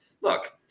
Look